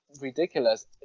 ridiculous